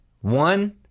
One